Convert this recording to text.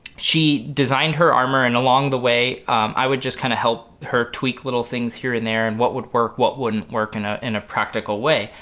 she designed her armor and along the way i would just kind of help her tweak little things here and there and what would work, what wouldn't work in ah in a practical way,